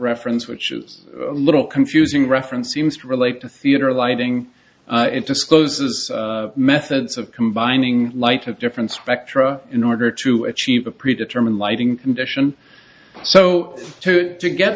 reference which is a little confusing reference seems to relate to theater lighting it discloses methods of combining light of different spectra in order to achieve a pre determined lighting condition so to